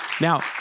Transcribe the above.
Now